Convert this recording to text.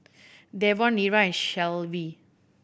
Davon Nira and Shelvie